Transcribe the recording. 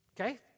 okay